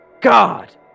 god